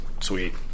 Sweet